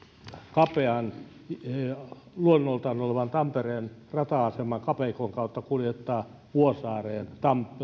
kapean tampereen rata aseman kapeikon kautta kuljettaa vuosaareen